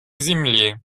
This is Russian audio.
земле